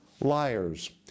liars